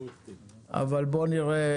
בואו נראה